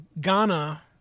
Ghana